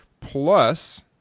Plus